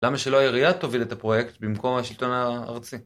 למה שלא העירייה תוביל את הפרויקט במקום השלטון הארצי?